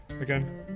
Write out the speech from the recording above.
Again